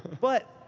but.